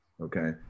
Okay